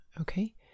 Okay